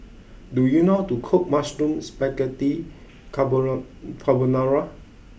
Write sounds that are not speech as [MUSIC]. do you know how to cook Mushroom Spaghetti [UNINTELLIGIBLE] Carbonara